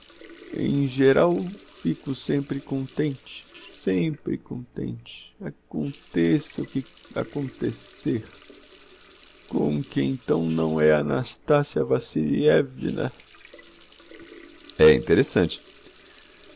em geral fico sempre contente sempre contente aconteça o que acontecer com que então não é a nastassia vassiliévna é interessante